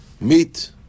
Meet